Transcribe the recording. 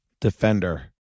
Defender